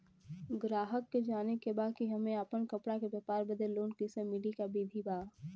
गराहक के जाने के बा कि हमे अपना कपड़ा के व्यापार बदे लोन कैसे मिली का विधि बा?